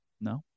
No